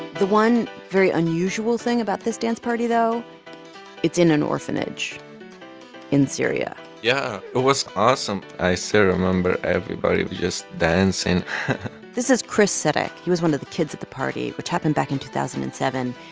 the one very unusual thing about this dance party, though it's in an orphanage in syria yeah, it was awesome. i still so remember everybody was just dancing and this is chris sitik. he was one of the kids at the party, which happened back in two thousand and seven.